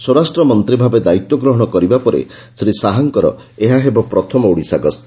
ସ୍ୱରାଷ୍ଟ୍ରମନ୍ତୀ ଭାବେ ଦାୟିତ୍ୱ ଗ୍ରହଶ କରିବା ପରେ ଶ୍ରୀ ଶାହାଙ୍କର ଏହା ହେବ ପ୍ରଥମ ଓଡ଼ିଶା ଗସ୍ତ